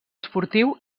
esportiu